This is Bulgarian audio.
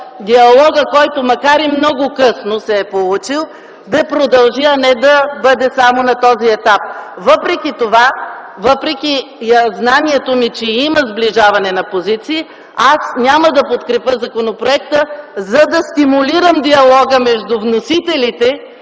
диалогът, който макар и много късно се е получил, да продължи, а не да остане само на този етап. Въпреки това, въпреки знанието ми, че има сближаване на позиции, аз няма да подкрепя законопроекта, за да стимулирам диалога между вносителите